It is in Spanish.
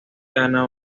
gana